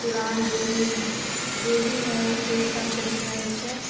कुरान जे भी जे भी हइ से सब पढ़ैत रहै छै